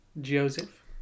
joseph